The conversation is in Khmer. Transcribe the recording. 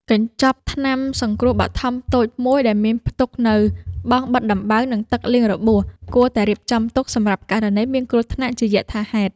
កញ្ចប់ថ្នាំសង្គ្រោះបឋមតូចមួយដែលមានផ្ទុកនូវបង់បិទដំបៅ និងទឹកលាងរបួស គួរតែរៀបចំទុកសម្រាប់ករណីមានគ្រោះថ្នាក់ជាយថាហេតុ។